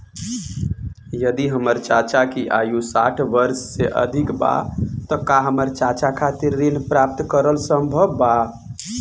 यदि हमर चाचा की आयु साठ वर्ष से अधिक बा त का हमर चाचा खातिर ऋण प्राप्त करल संभव बा